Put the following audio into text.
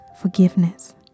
forgiveness